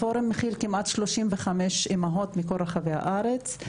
הפורום מכיל כמעט 35 אימהות מכל רחבי הארץ.